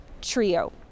trio